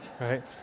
right